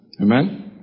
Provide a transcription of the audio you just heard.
Amen